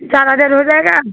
चार हज़ार हो जाएगा